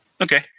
Okay